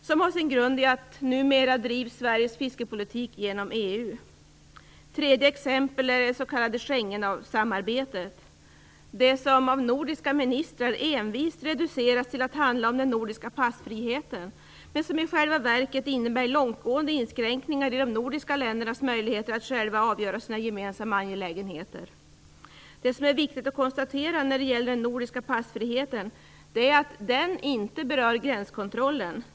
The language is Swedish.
Det har sin grund i att den svenska fiskepolitiken numera drivs genom EU. Ett tredje exempel är det s.k. Schengensamarbetet. Detta har av nordiska ministrar envist reducerats till att handla om den nordiska passfriheten, men i själva verket innebär det långtgående inskränkningar i de nordiska ländernas möjligheter att själva avgöra sina gemensamma angelägenheter. Det som är viktigt att konstatera när det gäller den nordiska passfriheten, är att den inte berör gränskontrollen.